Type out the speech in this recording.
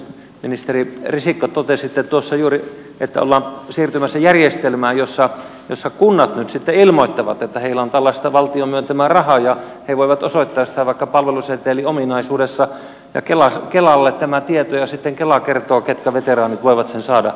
ministeri risikko totesitte tuossa juuri että ollaan siirtymässä järjestelmään jossa kunnat nyt sitten ilmoittavat että heillä on tällaista valtion myöntämää rahaa ja he voivat osoittaa sitä vaikka palveluseteliominaisuudessa ja kelalle tämän tieto ja sitten kela kertoo ketkä veteraanit voivat sen saada